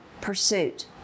pursuit